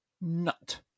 Nut